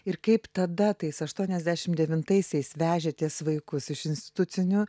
ir kaip tada tais aštuoniasdešimt devintaisiais vežėtės vaikus iš institucinių